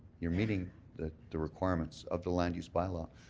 you're meeting the the requirements of the land use bylaw,